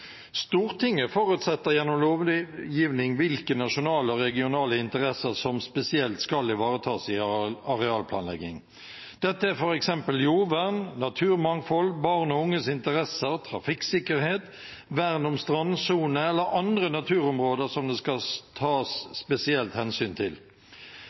Stortinget forutsetter gjennom lovgivning hvilke nasjonale og regionale interesser som spesielt skal ivaretas i arealplanlegging. Dette er f.eks. jordvern, naturmangfold, barn og unges interesser, trafikksikkerhet, vern om strandsone eller andre naturområder som det skal